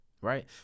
Right